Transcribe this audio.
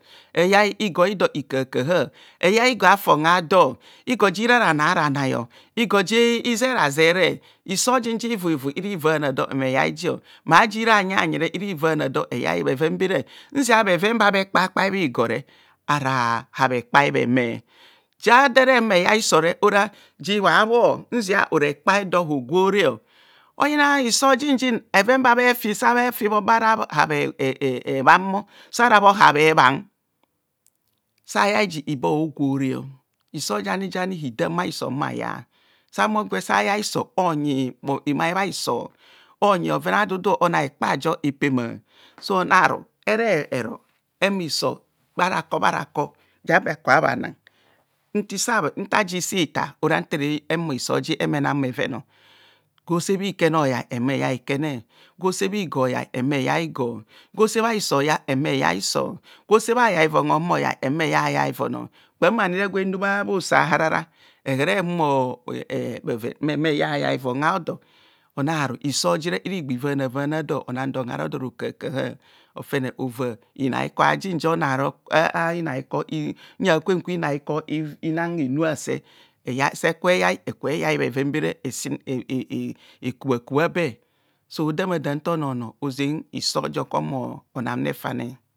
Eyai igor ikahaha eyai igor afon dor igor jira ranai ara nai igor fi zeraze re iso jim ji ivuivu erivana dor mme yai jio ma jira bhayanyire irivana dor mme yai bheven bere nzia bheven ba bhekpa kpa gor ara habhe kpai bhe meh jador ere humo eyai hisor ora ji bhabhor nzia ora hekpa idor hogwore oyina isor jinjin bheven ba bhefi bho sara bhor habheban sayai ji ibo ogwo ro, isor janijani hidam bha hiso ohumaya sahu mo gwe sa ya hiso onyi bhimai bhahiso onyi bhoven a’ odudu onan ekpajo epema sonaru orero ehamo isor bharakor bharakor jabe aka bhana intaji ositar ora ntere humor isor ji emenan bhoven gwo se bhikene oyai ehumo eyai ikene gwo se bhigoroyai ehumo eyai igor gwo se bha hiso ohuma ya ehumo eya hiso gwo se bha hayai vo ohumayai ehumo eyai ayaivon, kpam ani gwe na bha usa aharara, ere humo bheven mme yai hayai von hodor onara isor jire iri gbi vana vana dor onan don harodo rokahakaha ofene ova inahi ko ajin ja ono arok a'inaiko enang henu ase sekue eyai eke yai bheven bere mme kubha kubha be so odamadam nta onornor ozen isor jo kohumo onan refane